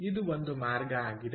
ಇದು ಒಂದು ಮಾರ್ಗ ಆಗಿದೆ